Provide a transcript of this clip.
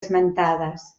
esmentades